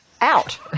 Out